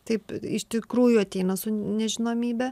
taip iš tikrųjų ateina su nežinomybe